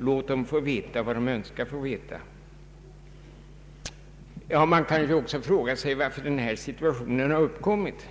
Låt dem få veta vad de önskar få veta. Man kan också fråga sig varför denna situation uppkommit.